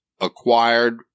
acquired